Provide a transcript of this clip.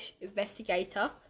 Investigator